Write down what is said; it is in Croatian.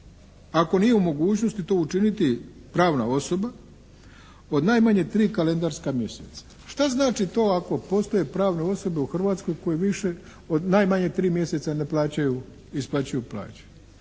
ako nije u mogućnosti to učiniti pravna osoba od najmanje tri kalendarska mjeseca. Šta znači to ako postoje pravne osobe u Hrvatskoj koje više, najmanje 3 mjeseca ne plaćaju, isplaćuju plaće?